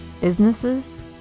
businesses